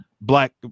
black